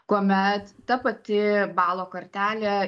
kuomet ta pati balo kartelė